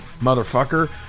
motherfucker